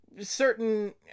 Certain